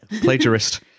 Plagiarist